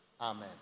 Amen